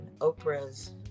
Oprah's